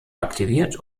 aktiviert